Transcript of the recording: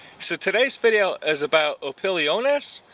so todays video is about opiliones,